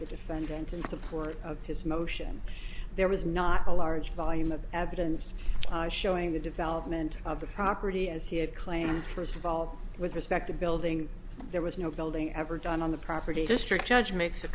the defendant in support of his motion there was not a large volume of evidence showing the development of the property as he had claimed first of all with respect to building there was no building ever done on the property district judge makes a